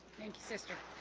thank you sister